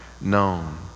known